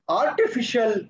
artificial